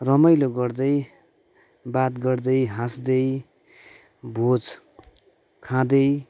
रमाइलो गर्दै बात गर्दै हाँस्दै भोज खाँदै